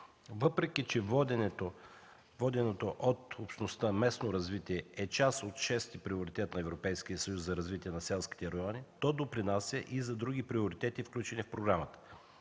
Въпреки че воденото от общността местно развитие е част от Шести приоритет на Европейския съюз за развитие на селските райони, то допринася и за други приоритети, включени в програмата.